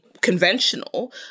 conventional